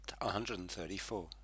134